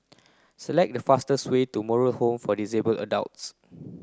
select the fastest way to Moral Home for Disabled Adults